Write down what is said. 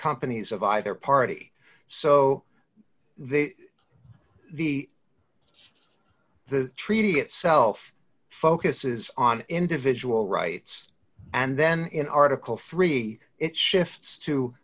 companies of either party so they the the treaty itself focuses on individual rights and then in article three it shifts to